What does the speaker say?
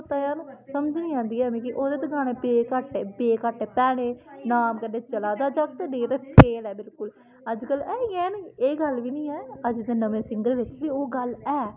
खोता जन समझ नी आंदी ऐ मिगी ओह्दे ते गाने बे काटे बे काटे भैने नाम कन्नै चला दा जागत नेईं तां फेल ऐ बिलकुल अज्जकल एह् गल्ल बी नी ऐ अज्जकल नमें सिंगर बिच्च बी ओह् गल्ल ऐ